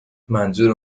منظور